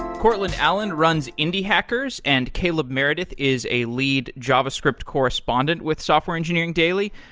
courtland allen runs indie hackers, and caleb meredith is a lead javascript correspondent with software engineering daily.